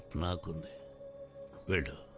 marlin brando